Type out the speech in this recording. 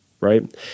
right